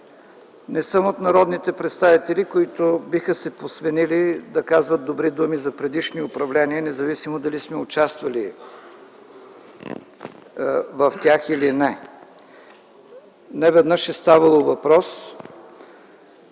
не съм от народните представители, които биха се посвенили да казват добри думи за предишни управления, независимо дали сме участвали в тях или не. Неведнъж е ставало въпрос